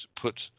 put